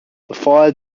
fire